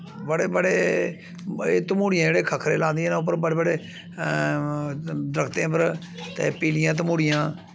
बड़े बड़े एह् तमूह्ड़ियां जेह्ड़े खक्खरे लांदियां न उप्पर बड़े बड़े दरख्तें उप्पर ते पीलियां तमूह्ड़ियां